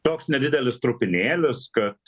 toks nedidelis trupinėlis kad